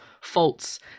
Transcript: faults